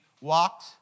walked